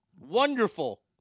Wonderful